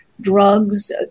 drugs